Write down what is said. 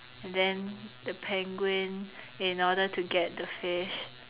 then the penguin in order to get the fish